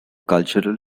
cultural